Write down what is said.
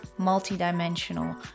multidimensional